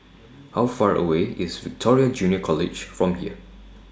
How Far away IS Victoria Junior College from here